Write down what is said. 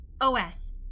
OS